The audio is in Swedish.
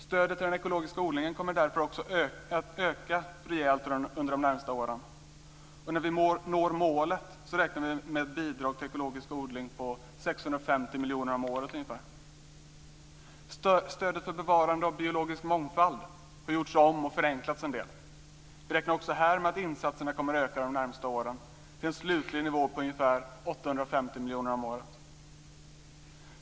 Stödet till den ekologiska odlingen kommer därför också att öka rejält under de närmaste åren. När vi når målet räknar vi med bidrag till ekologisk odling på ungefär 650 miljoner om året. Stödet för bevarande av biologisk mångfald har gjorts om och förenklats en del. Vi räknar också i det här fallet med att insatserna kommer att öka under de närmaste åren till en slutlig nivå på ungefär 850 miljoner om året.